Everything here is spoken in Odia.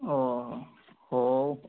ଓହୋ ହେଉ